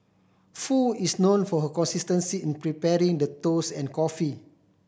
Foo is known for her consistency in preparing the toast and coffee